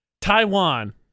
Taiwan